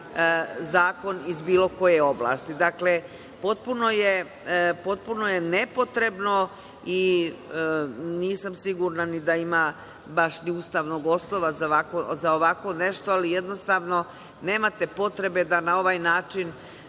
zakon iz bilo koje oblasti. Dakle, potpuno je nepotrebno i nisam sigurna ni da ima baš ni ustavnog osnova za ovako nešto, ali jednostavno nemate potrebe da na ovaj način